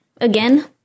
again